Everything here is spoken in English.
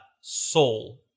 soul